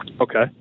Okay